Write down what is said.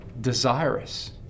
desirous